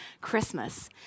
Christmas